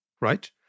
right